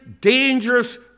dangerous